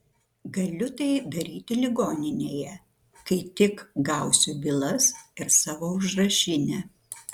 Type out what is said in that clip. galiu tai daryti ligoninėje kai tik gausiu bylas ir savo užrašinę